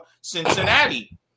Cincinnati